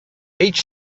each